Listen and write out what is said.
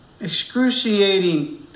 excruciating